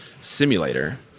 simulator